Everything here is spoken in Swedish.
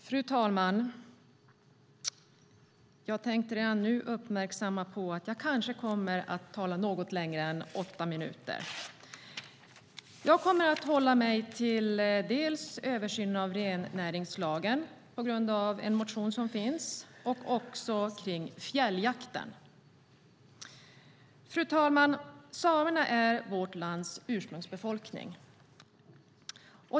Fru talman! Jag tänkte redan nu uppmärksamma er på att jag kanske kommer att tala något längre än åtta minuter. Jag kommer att hålla mig till dels översynen av rennäringslagen, på grund av en motion som finns, dels fjälljakten. Fru talman! Samerna är vårt lands ursprungsbefolkning.